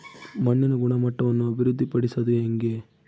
ಮಣ್ಣಿನ ಗುಣಮಟ್ಟವನ್ನು ಅಭಿವೃದ್ಧಿ ಪಡಿಸದು ಹೆಂಗೆ?